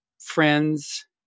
friends